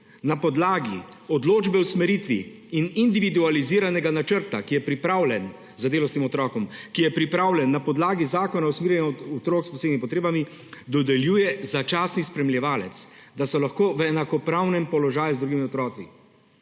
na podlagi odločbe o usmeritvi in individualiziranega načrta, ki je pripravljen za delo s tem otrokom, ki je pripravljen na podlagi Zakona o usmerjanju otrok s posebnimi potrebami, dodeljuje začasni spremljevalec, da so lahko v enakopravnem položaju z drugimi otroki